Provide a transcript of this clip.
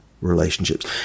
relationships